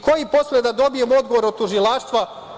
Koji posle da dobijem odgovor od tužilaštva?